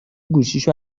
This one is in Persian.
گوشیشو